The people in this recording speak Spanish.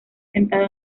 sentado